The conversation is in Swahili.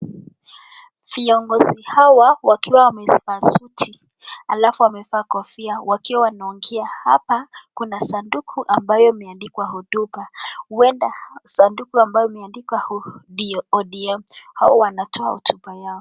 Viongozi hawa wakiwa wamevaa suti alafu wamevaa kofia wakiwa wanaongea, hapa kuna sanduku ambayo imeandikwa huduma, huenda sanduku ambayo imeandikwa ODM hao wanatoa hotuba yao.